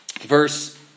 Verse